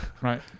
Right